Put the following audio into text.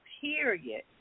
period